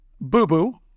boo-boo